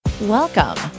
Welcome